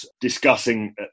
discussing